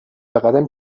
بقدم